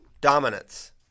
Dominance